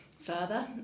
further